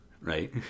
right